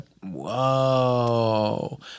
Whoa